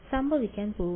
സംഭവിക്കാൻ പോകുന്നു